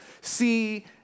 see